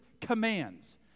commands